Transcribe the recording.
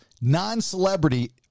Non-celebrity